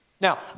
Now